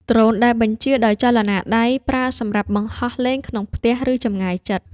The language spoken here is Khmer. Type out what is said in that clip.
ដ្រូនដែលបញ្ជាដោយចលនាដៃ ប្រើសម្រាប់បង្ហោះលេងក្នុងផ្ទះ ឬចម្ងាយជិត។